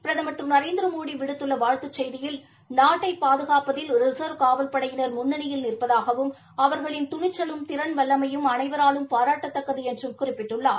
பிரதம் திரு நரேந்திரமோடி விடுத்துள்ள வாழ்த்துச் செய்தியில் நாட்டை பாதுகாப்பதில் ரின்வ் காவல் படையினா முன்னனியில் நிற்பதாகவும் அவர்களின் துணிச்சலும் திறள் வல்லமையும் அனைவராலும் பாராட்டத்தக்கது என்று குறிப்பிட்டுள்ளார்